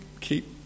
keep